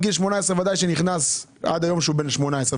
עד גיל 18 ודאי שנכנס עד היום שהוא בן 18,